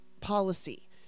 policy